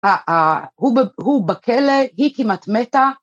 ‫הוא בכלא, היא כמעט מתה.